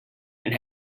and